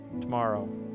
tomorrow